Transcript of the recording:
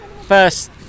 first